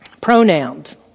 Pronouns